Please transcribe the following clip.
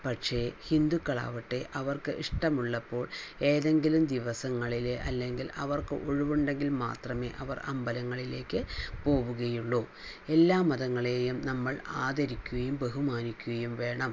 പക്ഷേ ഹിന്ദുക്കൾ ആവട്ടെ അവർക്ക് ഇഷ്ടമുള്ളപ്പോൾ ഏതെങ്കിലും ദിവസങ്ങളില് അല്ലെങ്കിൽ അവർക്ക് ഒഴിവുണ്ടെങ്കിൽ മാത്രമേ അവർ അമ്പലങ്ങളിലേക്ക് പോവുകയുള്ളൂ എല്ലാ മതങ്ങളെയും നമ്മൾ ആദരിക്കുകയും ബഹുമാനിക്കുകയും വേണം